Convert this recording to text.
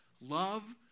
Love